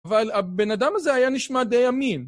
אבל הבן אדם הזה היה נשמע די אמין.